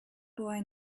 boy